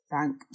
Thank